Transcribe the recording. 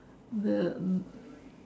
the